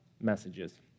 messages